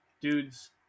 dudes